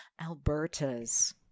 Alberta's